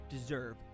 deserve